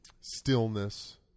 stillness